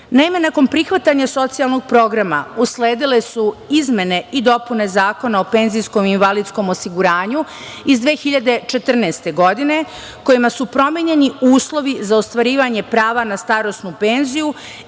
3.Naime, nakon prihvatanja socijalnog programa usledile su izmene i dopune Zakona o PIO iz 2014. godine, kojima su promenjeni uslovi za ostvarivanje prava na starosnu penziju